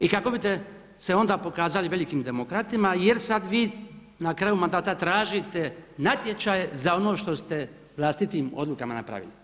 I kako biste se onda pokazali velikim demokratima jer sad vi na kraju mandata tražite natječaje za ono što ste vlastitim odlukama napravili.